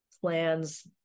plans